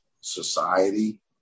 society